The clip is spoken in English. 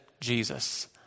Jesus